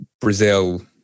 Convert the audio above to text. Brazil